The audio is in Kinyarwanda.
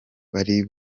bari